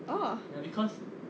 oh